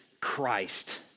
Christ